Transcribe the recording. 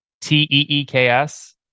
T-E-E-K-S